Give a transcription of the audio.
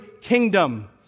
kingdom